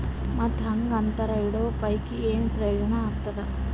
ಮತ್ತ್ ಹಾಂಗಾ ಅಂತರ ಇಡೋ ಪೈಕಿ, ಏನ್ ಪ್ರಯೋಜನ ಆಗ್ತಾದ?